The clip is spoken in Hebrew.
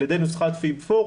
על ידי נוסחת FIB-4,